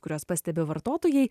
kuriuos pastebi vartotojai